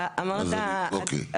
אוקיי.